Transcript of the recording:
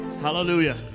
Hallelujah